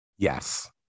Yes